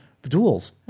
Duels